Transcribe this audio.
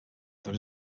there